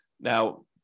Now